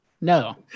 No